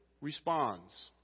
responds